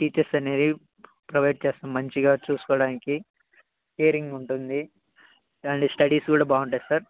teachers అనేది provide చేస్తాం మంచిగా చూసుకోవడానికి కేరింగ్ ఉంటుంది అండ్ స్టడీస్ కూడా బాగుంటాయి సార్